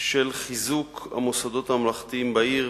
של חיזוק המוסדות הממלכתיים בעיר,